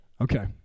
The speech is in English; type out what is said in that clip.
Okay